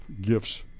gifts